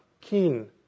keen